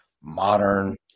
modern